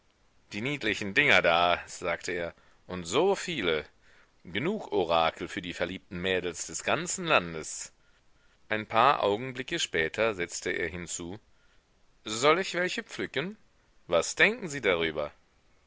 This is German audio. die niedlichen dinger da sagte er und so viele genug orakel für die verliebten mädels des ganzen landes ein paar augenblicke später setzte er hinzu soll ich welche pflücken was denken sie darüber